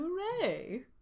hooray